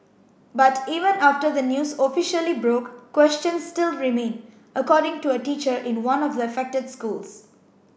but even after the news officially broke questions still remain according to a teacher in one of the affected schools